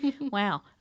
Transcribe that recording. Wow